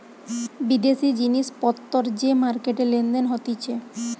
বিদেশি জিনিস পত্তর যে মার্কেটে লেনদেন হতিছে